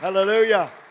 Hallelujah